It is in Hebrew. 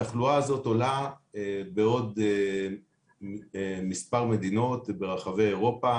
התחלואה הזאת עולה בעוד מספר מדינות ברחבי אירופה.